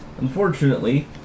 unfortunately